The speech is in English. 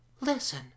listen